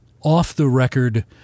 off-the-record